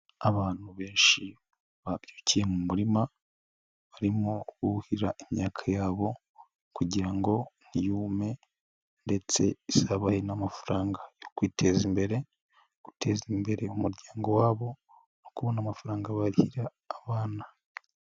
Abantu benshi babyukiye mu murima barimo buhira imyaka yabo kugira ngo ntiyume ndetse izabahe n'amafaranga yo kwiteza imbere, guteza imbere umuryango wabo no kubona amafaranga barihirira abana.